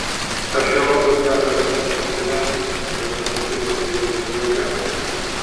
archeologas gali rasti statinę bet nepastebėti joje diogeno